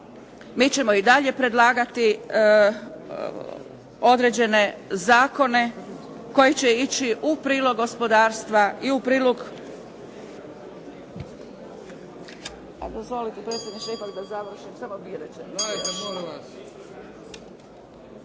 mi ćemo i dalje predlagati određene zakone koji će ići u prilog gospodarstva i u prilog…